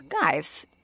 Guys